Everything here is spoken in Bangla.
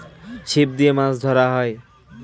ছিপ দিয়ে মাছ ধরা হয়